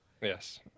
Yes